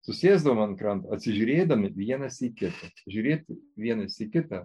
susėsdavome ant kranto atsižiūrėdami vienas į kitą žiūrėti vienas į kitą